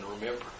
remember